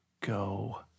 go